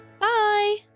Bye